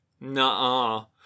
no